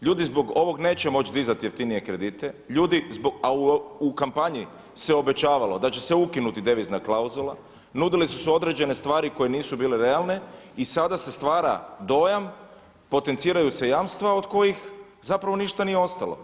Ljudi zbog ovoga neće moći dići jeftinije kredite, a u kampanji se obećavalo da će se ukinuti devizna klauzula, nudile su se određene stvari koje nisu bile realne i sada se stvara dojam potenciraju se jamstva od kojih zapravo ništa nije ostalo.